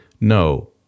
no